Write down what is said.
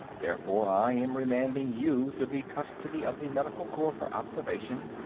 therefore, i am remanding you to the custody of the medical corps for observation.